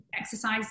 exercise